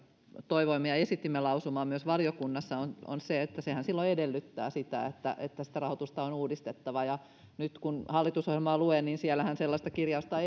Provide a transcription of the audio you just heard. toivoimme ja esitimme lausumaa myös valiokunnassa on on se että sehän edellyttää sitä että että sitä rahoitusta on uudistettava nyt kun hallitusohjelmaa luen niin siellähän sellaista kirjausta